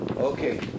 Okay